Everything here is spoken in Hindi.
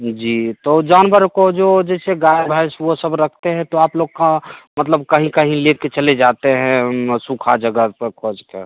जी तो जानवर को जो जैसे गाय भैंस वो सब रखते हैं तो आप लोग का मतलब कहीं कहीं ले के चले जाते हैं सूखा जगह पर कोंच का